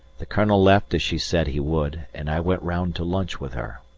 the colonel left as she said he would, and i went round to lunch with her.